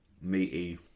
meaty